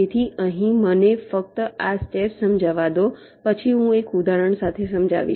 તેથી અહીં મને ફક્ત આ સ્ટેપ સમજાવવા દો પછી હું એક ઉદાહરણ સાથે સમજાવીશ